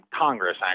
Congress